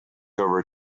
over